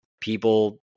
People